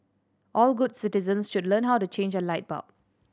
all good citizens should learn how to change a light bulb